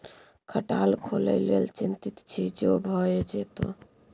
खटाल खोलय लेल चितिंत छी जो भए जेतौ